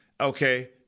Okay